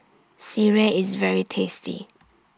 Sireh IS very tasty